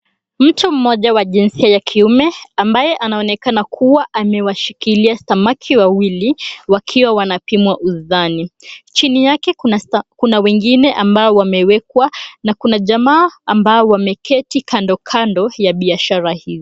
Mtu mmoja wa jinsia ya kiume ambae anaonekana kuwa ameshika samaki wawili wakiwa wanapimwa uzani. Chini yake kuna wengine ambao wamewekwa na kuna jamaa ambao wameketi kandokando ya biashara hii.